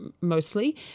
mostly